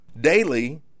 daily